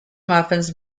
muffins